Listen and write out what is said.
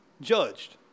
judged